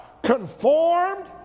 Conformed